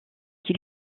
qui